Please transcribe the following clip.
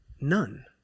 none